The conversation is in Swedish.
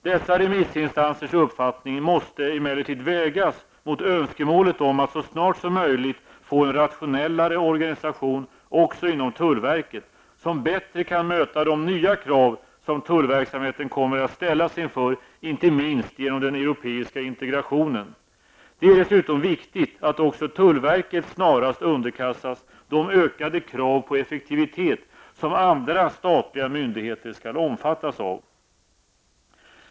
Dessa remissinstansers uppfattning måste emellertid vägas mot önskemålet om att så snart som möjligt få en rationellare organisation också inom tullverket som bättre kan möta de nya krav som tullverksamheten kommer att ställas inför inte minst genom den europeiska integrationen. Det är dessutom viktigt att också tullverket snarast underkastas de ökade krav på effektivitet som andra statliga myndigheter skall omfattas av.